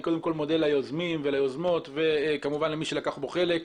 אני קודם כל מודה ליוזמים וליוזמות וכמובן למי שלקח חלק בדיון.